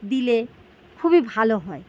দিলে খুবই ভালো হয়